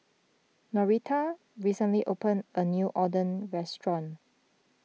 Norita recently opened a new Oden restaurant